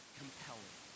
compelling